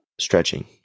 stretching